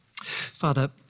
Father